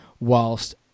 whilst